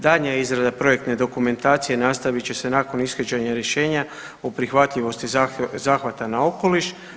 Daljnja izrada projektne dokumentacije nastavit će se nakon ishođenja rješenja o prihvatljivosti zahvata na okoliš.